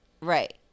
Right